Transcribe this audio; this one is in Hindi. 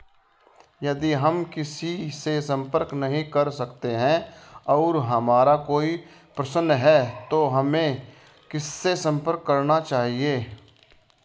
यदि हम किसी से संपर्क नहीं कर सकते हैं और हमारा कोई प्रश्न है तो हमें किससे संपर्क करना चाहिए?